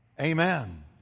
Amen